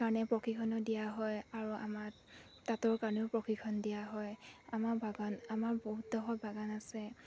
কাৰণে প্ৰশিক্ষণো দিয়া হয় আৰু আমাৰ তাঁতৰ কাৰণেও প্ৰশিক্ষণ দিয়া হয় আমাৰ বাগান আমাৰ বহুত বাগান আছে